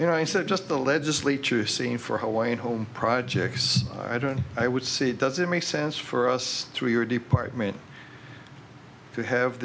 you know i said just the legislature seeing for hawaiian home projects i don't i would say does it make sense for us to your department to have